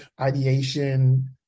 ideation